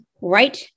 right